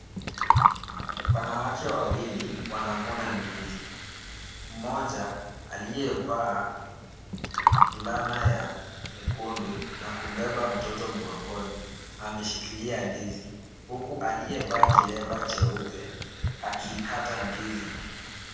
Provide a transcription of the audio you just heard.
Wanawake wawili wanavuna ndizi. Mmoja aliyevaa fulana ya nyekundu na kumbeba mtoto mgongoni ameshikilia ndizi, huku aliyevaa kilemba cheupe akiikata ndizi.